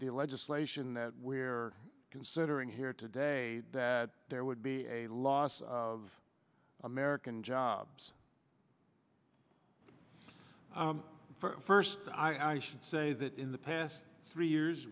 the legislation that we are considering here today that there would be a loss of american jobs for first i should say that in the past three years